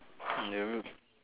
in the room